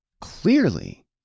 Clearly